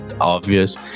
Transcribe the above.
obvious